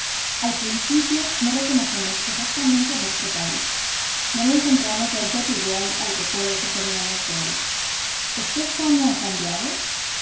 al principio no reconocemos exactamente a nuestro país no lo encontramos del todo igual al recuerdo que teníamos de él es que españa ha cambiado